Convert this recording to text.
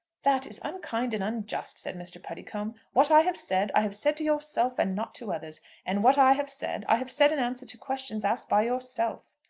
that is unkind and unjust, said mr. puddicombe. what i have said, i have said to yourself, and not to others and what i have said, i have said in answer to questions asked by yourself.